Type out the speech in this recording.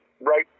right